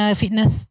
fitness